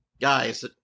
guys